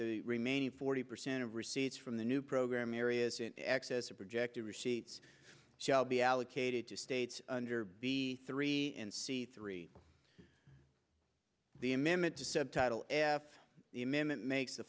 the remaining forty percent of receipts from the new program areas in excess of projected receipts shall be allocated to states under three and c three the amendment to subtitle the amendment makes the